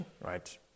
right